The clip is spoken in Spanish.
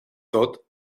todd